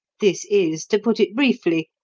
this is, to put it briefly,